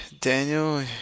Daniel